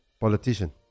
politician